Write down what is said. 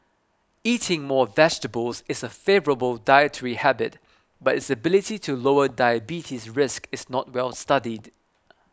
eating more vegetables is a favourable dietary habit but its ability to lower diabetes risk is not well studied